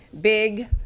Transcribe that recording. big